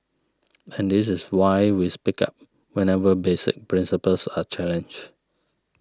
and this is why we speak up whenever basic principles are challenged